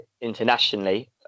internationally